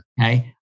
Okay